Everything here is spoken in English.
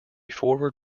forward